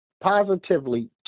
positively